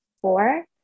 four